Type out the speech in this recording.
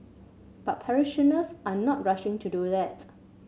but parishioners are not rushing to do that